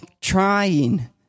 trying